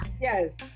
Yes